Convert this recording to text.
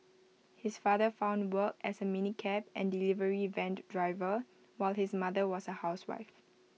his father found work as A minicab and delivery veined driver while his mother was A housewife